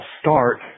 start